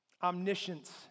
Omniscience